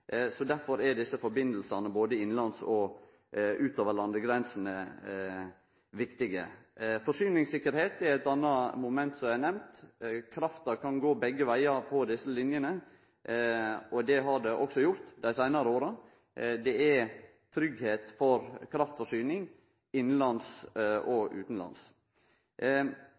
Derfor er desse sambanda både innanlands og utover landegrensene viktige. Forsyningssikkerheit er eit anna moment som er nemnt. Krafta kan gå begge vegar på desse linjene, og det har ho også gjort dei seinare åra. Det er tryggleik for kraftforsyning innanlands og utanlands.